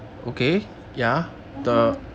那他们的